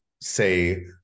say